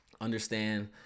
understand